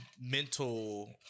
mental